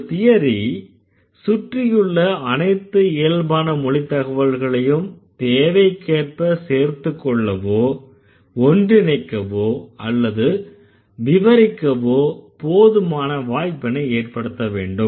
ஒரு தியரி சுற்றியுள்ள அனைத்து இயல்பான மொழித்தகவல்களையும் தேவைக்கேற்ப சேர்த்துக்கொள்ளவோ ஒன்றிணைக்கவோ அல்லது விவரிக்கவோ போதுமான வாய்ப்பினை ஏற்படுத்த வேண்டும்